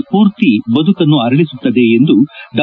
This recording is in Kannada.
ಸ್ಕೂರ್ತಿ ಬದುಕನ್ನು ಅರಳಿಸುತ್ತದೆ ಎಂದು ಡಾ